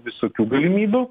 visokių galimybių